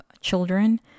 children